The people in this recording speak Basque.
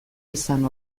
izan